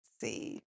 See